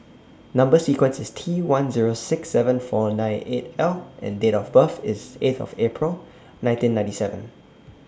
Number sequence IS T one Zero six seven four nine eight L and Date of birth IS eight of April nineteen ninety seven